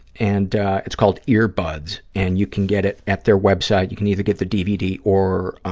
and it's called earbuds and you can get it at their web site, you can either get the dvd or